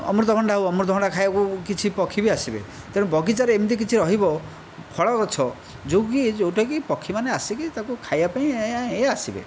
ଅମୃତଭଣ୍ଡା ହେଉ ଅମୃତଭଣ୍ଡା ଖାଇବାକୁ କିଛି ପକ୍ଷୀ ବି ଆସିବେ ତେଣୁ ବଗିଚାରେ ଏମତି କିଛି ରହିବ ଫଳ ଗଛ ଯେଉଁକି ଯେଉଁଟାକି ପକ୍ଷୀମାନେ ଆସିକି ତାକୁ ଖାଇବା ପାଇଁ ଆସିବେ